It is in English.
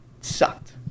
Sucked